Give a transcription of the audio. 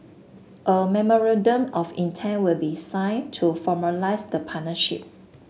a memorandum of intent will be signed to formalise the partnership